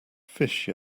fish